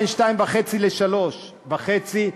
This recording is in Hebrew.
בין 2.5 ל-3.5 ש"ח,